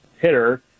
hitter